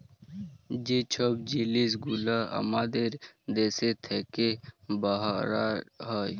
যে ছব জিলিস গুলা আমাদের দ্যাশ থ্যাইকে বাহরাঁয় যায়